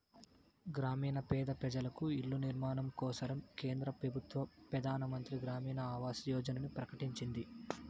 గ్రామీణ పేద పెజలకు ఇల్ల నిర్మాణం కోసరం కేంద్ర పెబుత్వ పెదానమంత్రి గ్రామీణ ఆవాస్ యోజనని ప్రకటించింది